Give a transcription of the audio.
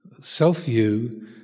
self-view